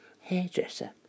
hairdresser